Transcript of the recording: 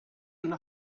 una